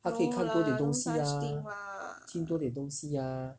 他可以看多点东西啊听多点东西啊